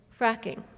fracking